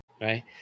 right